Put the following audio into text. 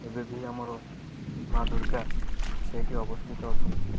ଏବେ ବି ଆମର ମା' ଦୁର୍ଗା ସେଇଠି ଅବସ୍ଥିତ ଅଛନ୍ତି